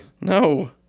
No